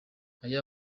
aya